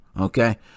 okay